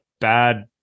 bad